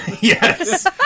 Yes